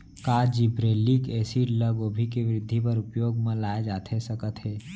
का gibberellic acid ल गोभी के वृद्धि बर उपयोग म लाये जाथे सकत हे?